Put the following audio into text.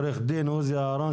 עורך דין עוזי אהרן,